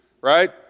right